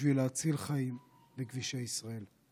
בשביל להציל חיים בכבישי ישראל.